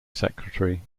secretary